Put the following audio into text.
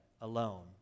alone